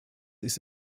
ist